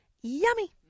yummy